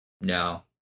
No